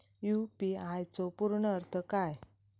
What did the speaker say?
UPI चो पूर्ण अर्थ काय?